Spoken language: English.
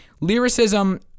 Lyricism